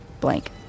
blank